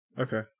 okay